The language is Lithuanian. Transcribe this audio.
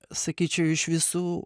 sakyčiau iš visų